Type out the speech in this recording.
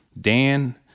Dan